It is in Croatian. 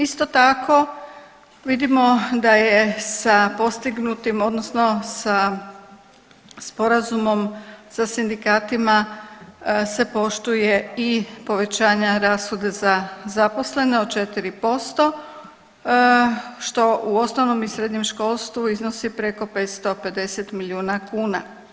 Isto tako vidimo da je sa postignutim odnosno sa sporazumom sa sindikatima se poštuje i povećanja rashode za zaposlene od 4% što u osnovnom i srednjem školstvu iznosi preko 550 milijuna kuna.